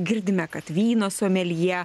girdime kad vyno someljė